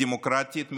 דמוקרטית,